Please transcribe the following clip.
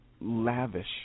lavish